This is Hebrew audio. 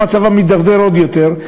בסוף מצבם מידרדר עוד יותר,